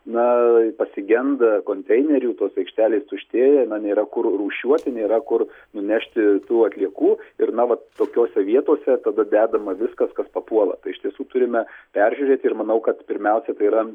na pasigenda konteinerių tos aikštelės tuštėja na nėra kur rūšiuoti nėra kur nunešti tų atliekų ir na vat tokiose vietose tada dedama viskas kas papuola tai iš tiesų turime peržiūrėti ir manau kad pirmiausia tai yra